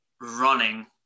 running